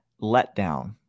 letdown